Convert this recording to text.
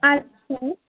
আর হুম হুম